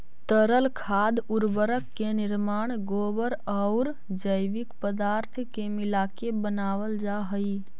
तरल खाद उर्वरक के निर्माण गोबर औउर जैविक पदार्थ के मिलाके बनावल जा हई